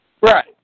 Right